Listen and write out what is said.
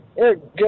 Good